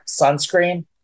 Sunscreen